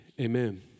Amen